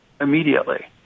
immediately